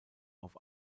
auf